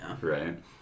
right